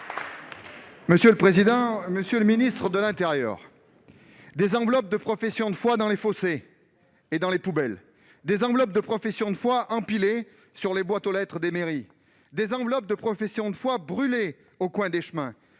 question s'adresse à M. le ministre de l'intérieur. Des enveloppes de professions de foi dans les fossés et dans les poubelles, des enveloppes de professions de foi empilées sur les boîtes aux lettres des mairies, des enveloppes de professions de foi brûlées au coin des chemins,